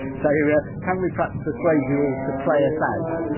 so, yeah can we perhaps persuade you all to play us out.